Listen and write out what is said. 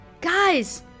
Guys